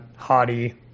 hottie